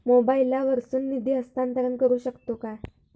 मोबाईला वर्सून निधी हस्तांतरण करू शकतो काय?